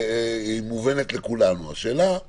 מובנת לכולנו, השאלה היא